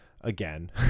again